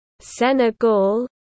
Senegal